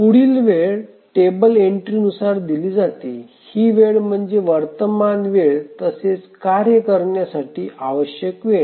पुढील वेळ table entry नुसार दिली जाते ही वेळ म्हणजे वर्तमान वेळ तसेच कार्य करण्यासाठी आवश्यक वेळ